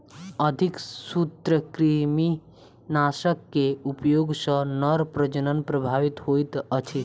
अधिक सूत्रकृमिनाशक के उपयोग सॅ नर प्रजनन प्रभावित होइत अछि